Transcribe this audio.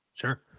Sure